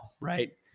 right